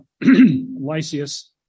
Lysias